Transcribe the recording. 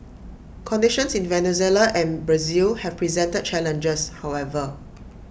conditions in Venezuela and Brazil have presented challenges however